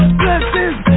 blessings